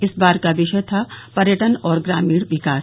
इस बार का विषय था पर्यटन और ग्रामीण विकास